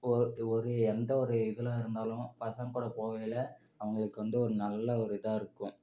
ஒரு ஒரு எந்த ஒரு இதில் இருந்தாலும் பசங்கக்கூட போகையில் அவங்களுக்கு வந்து ஒரு நல்ல ஒரு இதாக இருக்கும்